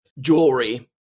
jewelry